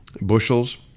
bushels